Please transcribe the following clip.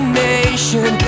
nation